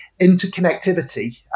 interconnectivity